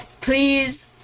please